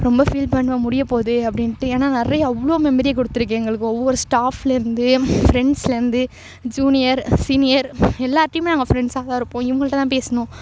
ரொம்ப ஃபீல் பண்ணுவேன் முடியப்போகுதே அப்படின்ட்டு ஏன்னா நிறையா அவ்வளோ மெமரியை கொடுத்துருக்கேன் எங்களுக்கு ஒவ்வொரு ஸ்டாஃப்லேருந்து ஃப்ரெண்ட்ஸ்லேருந்து ஜுனியர் சீனியர் எல்லார்ட்டேயுமே நாங்கள் ஃப்ரெண்ட்ஸாக தான் இருப்போம் இவங்கள்ட்ட தான் பேசணும்